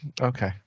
Okay